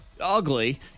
Ugly